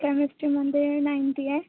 केमेष्ट्रीमध्ये ninety आहे